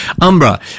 Umbra